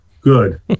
good